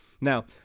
Now